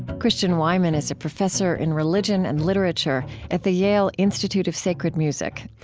christian wiman is a professor in religion and literature at the yale institute of sacred music.